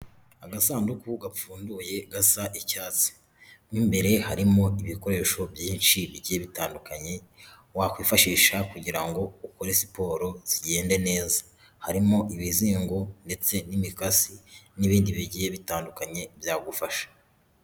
Agasanduku gapfungunye gasa icyatsi. Mo imbere harimo ibikoresho byinshi bigiye bitandukanye wakwifashisha kugira ngo ukore siporo igende neza. Harimo ibizingo ndetse n'imikasi n'ibindi bigiye bitandukanye byagufasha.